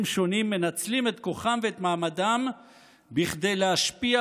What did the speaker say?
שונים מנצלים את כוחם ואת מעמדם כדי להשפיע,